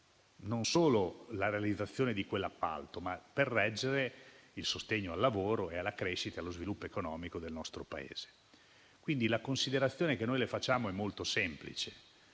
non solo la realizzazione di quell'appalto, ma il sostegno al lavoro, alla crescita e allo sviluppo economico del nostro Paese. Quindi, la considerazione che facciamo è molto semplice: